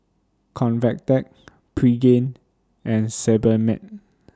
Convatec Pregain and Sebamed